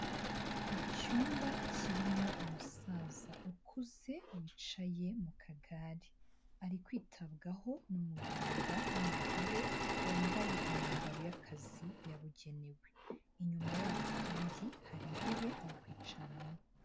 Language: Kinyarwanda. Icyumba kirimo umusaza ukuze wicaye mu kagare, ari kwitabwaho n'umuganga w'umugore wambaye imyambaro y'akazi yabugenewe. Inyuma yabo kandi hari intebe yo kwicaramo.